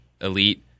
elite